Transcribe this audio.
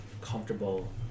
comfortable